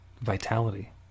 vitality